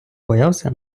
боявся